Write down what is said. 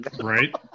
Right